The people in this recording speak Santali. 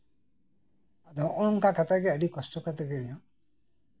ᱟᱫᱚ ᱱᱚᱜ ᱚ ᱱᱚᱝᱠᱟ ᱠᱟᱛᱮᱜ ᱜᱮ ᱤᱧᱦᱚᱸ